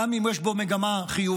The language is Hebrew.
גם אם יש בו מגמה חיובית,